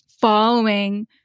following